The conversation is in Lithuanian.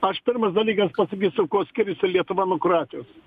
aš pirmas dalykas pasakysiu kuo skiriasi lietuva nuo kroatijos